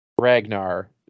Ragnar